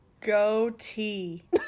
Goatee